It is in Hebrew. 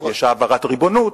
יש העברת ריבונות.